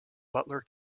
butler